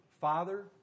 Father